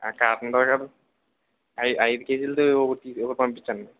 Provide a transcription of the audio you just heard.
ఆ కాటన్ దొరగారు ఐదు ఐదు కేజీల అది ఒకటి ఒకటి పంపించండి